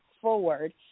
forward